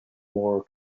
more